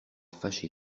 fâché